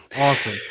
Awesome